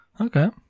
Okay